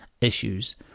issues